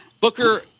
Booker